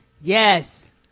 yes